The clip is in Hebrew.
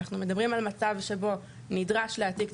אנחנו מדברים על מצב שבו נדרש להעתיק את